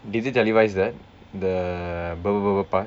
did they telecast that the bu~ bu~ bu~ bu~ part